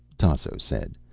tasso said.